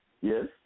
yes